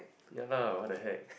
ya lah what the heck